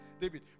David